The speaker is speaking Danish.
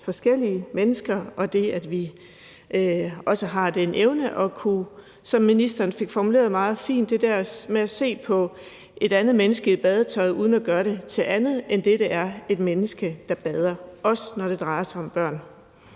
forskellige mennesker, og at vi også har evnen til at kunne – som ministeren meget fint fik formuleret det – se på et andet menneske i badetøj uden at gøre det til andet end det, det er, nemlig et menneske, der bader, også når det drejer sig om børn.